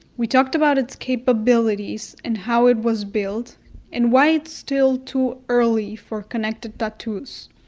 we talked about its capabilities and how it was built and why it's still too early for connected tattoos.